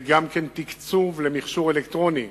וגם כן תקצוב למכשור אלקטרוני,